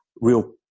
real